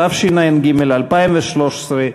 התשע"ג 2013,